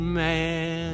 man